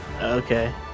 okay